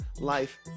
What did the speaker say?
life